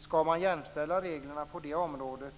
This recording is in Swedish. Skall man jämställa reglerna på de områden